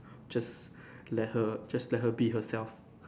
just let her just let her be herself